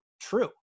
true